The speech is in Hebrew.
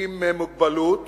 עם מוגבלות